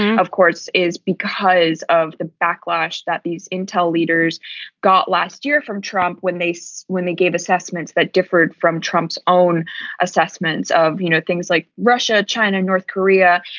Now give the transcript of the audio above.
ah of course, is because of the backlash that these internal leaders got last year from trump when they say when they gave assessments that differed from trump's own assessments of, you know, things like russia, china, north korea.